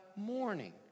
Morning